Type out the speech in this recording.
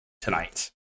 tonight